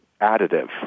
additive